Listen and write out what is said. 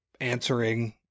answering